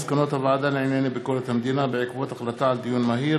מסקנות הוועדה לענייני ביקורת המדינה בעקבות דיון מהיר